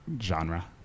genre